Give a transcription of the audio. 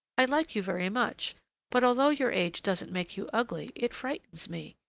i like you very much but although your age doesn't make you ugly, it frightens me.